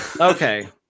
Okay